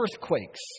earthquakes